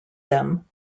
them